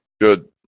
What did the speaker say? Good